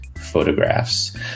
photographs